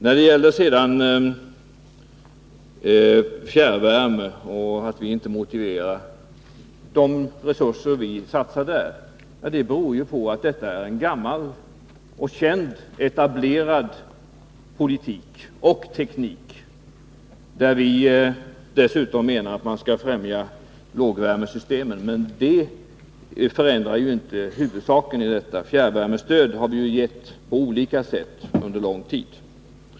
När det gäller fjärrvärme och att vi inte motiverar de resurser vi satsar där kan jag säga att det ju beror på att detta är en gammal och känd, etablerad politik och teknik. Vi menade dessutom att man skulle främja lågvärmesystemen, men det förändrar inte huvudsaken: Fjärrvärmestöd har vi faktiskt gett på olika sätt under lång tid.